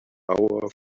our